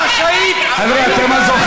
אם הם מעל 11,